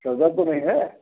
sir दर्द तो नहीं है